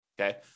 okay